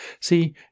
See